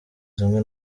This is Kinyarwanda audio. zimwe